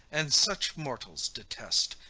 and such mortals detest,